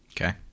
Okay